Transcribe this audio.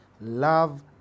Love